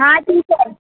ہاں ٹھیک ہے